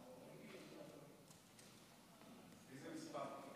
איזה מספר,